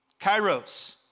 Kairos